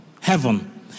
heaven